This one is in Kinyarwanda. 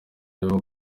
nibo